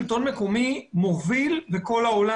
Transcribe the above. שלטון מקומי מוביל בכל העולם.